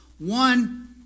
One